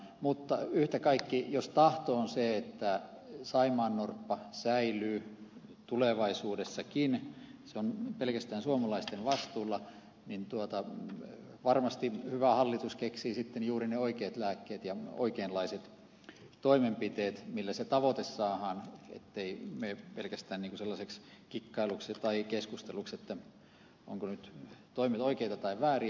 mutta yhtä kaikki jos tahto on se että saimaannorppa säilyy tulevaisuudessakin se on pelkästään suomalaisten vastuulla niin varmasti hyvä hallitus keksii sitten juuri ne oikeat lääkkeet ja oikeanlaiset toimenpiteet millä se tavoite saadaan ettei mene pelkästään sellaiseksi kikkailuksi tai keskusteluksi ovatko toimet nyt oikeita tai vääriä